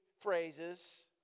phrases